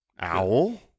Owl